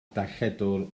darlledwr